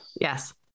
Yes